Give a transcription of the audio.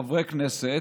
חברי הכנסת,